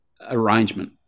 arrangement